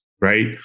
right